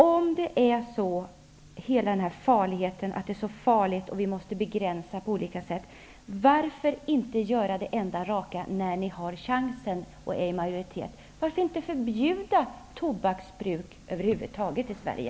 Om det är så farligt och vi måste begränsa på olika sätt, varför inte göra det enda raka när ni har chansen och är i majoritet, varför inte förbjuda tobaksbruk över huvud taget i Sverige?